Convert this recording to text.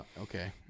Okay